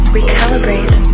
Recalibrate